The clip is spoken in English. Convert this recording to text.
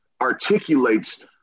articulates